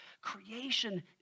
creation